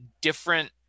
different